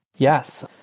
yes,